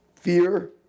Fear